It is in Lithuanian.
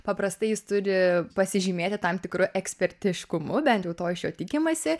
paprastai jis turi pasižymėti tam tikru ekspertiškumu bent jau to iš jo tikimasi